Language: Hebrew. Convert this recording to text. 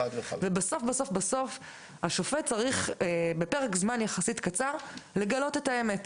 בסוף השופט צריך בפרק זמן יחסית קצר לגלות את האמת,